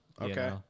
okay